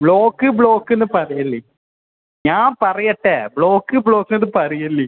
block ബ്ലോക്ക്ന്ന് പറയല്ലെ ഞാൻ പറയട്ടെ ബ്ലോക്ക് ബ്ലോക്ക്ന്ന് പറയല്ലെ